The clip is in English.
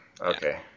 okay